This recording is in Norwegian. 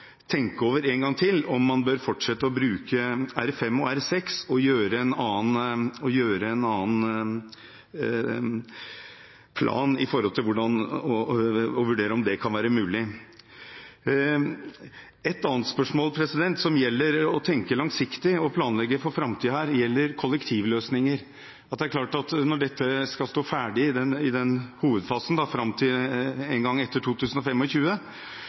tenke over en gang til om man bør fortsette å bruke R5 og R6 og lage en annen plan – vurdere om dette kan være mulig. Et annet spørsmål som gjelder det å tenke langsiktig og planlegge for framtiden her, er kollektivløsninger. Det er klart at når regjeringskvartalet skal stå ferdig etter hovedfasen, som går fram til en gang etter